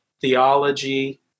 theology